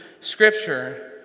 Scripture